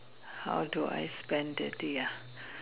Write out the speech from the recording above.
how do I spend the day ah